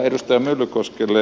edustaja myllykoskelle